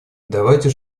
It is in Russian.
давайте